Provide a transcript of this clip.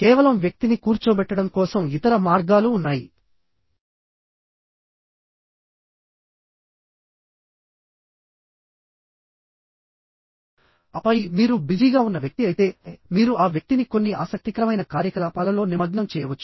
కేవలం వ్యక్తిని కూర్చోబెట్టడం కోసం ఇతర మార్గాలు ఉన్నాయి ఆపై మీరు బిజీగా ఉన్న వ్యక్తి అయితే మీరు ఆ వ్యక్తిని కొన్ని ఆసక్తికరమైన కార్యకలాపాలలో నిమగ్నం చేయవచ్చు